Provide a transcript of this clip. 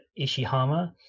Ishihama